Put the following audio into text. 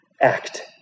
Act